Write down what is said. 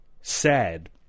sad